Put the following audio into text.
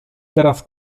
teraz